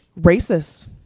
Racist